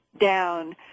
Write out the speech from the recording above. down